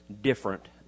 different